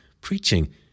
preaching